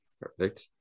Perfect